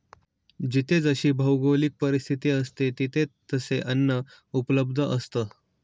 जिथे जशी भौगोलिक परिस्थिती असते, तिथे तसे अन्न उपलब्ध असतं